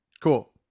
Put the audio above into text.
Cool